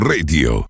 Radio